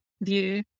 view